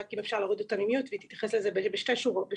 רק אם אפשר להוריד אותה מ-mute והיא תתייחס לזה בשתי דקות.